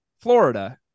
Florida